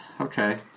Okay